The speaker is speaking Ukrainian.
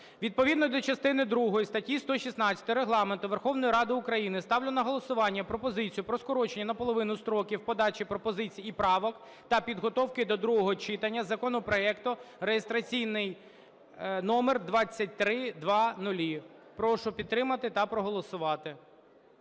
Відповідно до частини другої статті 116 Регламенту Верховної Ради України ставлю на голосування пропозицію про скорочення наполовину строків подачі пропозицій і правок та підготовки до другого читання законопроекту, реєстраційний номер 2300. Прошу підтримати та проголосувати.